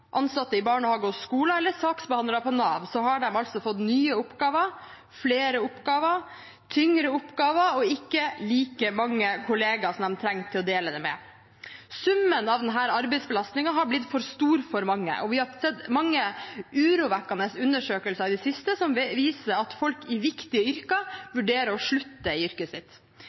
ansatte i barnehage og skole eller saksbehandlerne på Nav, har de fått nye oppgaver, flere oppgaver, tyngre oppgaver og ikke like mange kollegaer som de trenger, til å dele oppgavene med. Summen av denne arbeidsbelastningen har blitt for stor for mange, og vi har sett mange urovekkende undersøkelser i det siste som viser at folk i viktige yrker vurderer å slutte i yrket sitt.